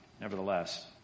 Nevertheless